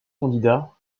candidats